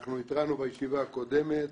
אנחנו התרענו בישיבה הקודמת.